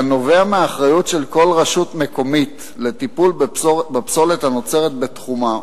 כנובע מאחריות של כל רשות מקומית לטיפול בפסולת הנוצרת בתחומה,